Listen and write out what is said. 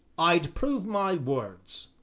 i'd prove my words.